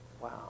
wow